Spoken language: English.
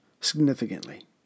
significantly